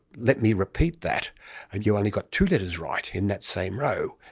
let me repeat that, and you only got two letters right in that same row,